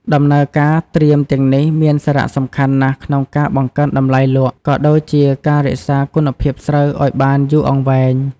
ដំណើរការត្រៀមទាំងនេះមានសារៈសំខាន់ណាស់ក្នុងការបង្កើនតម្លៃលក់ ក៏ដូចជាការរក្សាគុណភាពស្រូវឲ្យបានយូរអង្វែង។